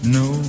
no